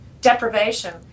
deprivation